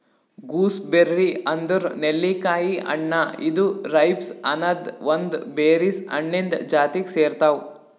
gooseberry ಅಂದುರ್ ನೆಲ್ಲಿಕಾಯಿ ಹಣ್ಣ ಇದು ರೈಬ್ಸ್ ಅನದ್ ಒಂದ್ ಬೆರೀಸ್ ಹಣ್ಣಿಂದ್ ಜಾತಿಗ್ ಸೇರ್ತಾವ್